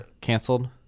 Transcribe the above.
canceled